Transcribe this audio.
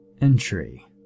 Entry